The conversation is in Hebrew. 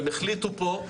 הם החליטו פה,